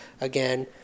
again